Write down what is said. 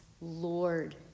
Lord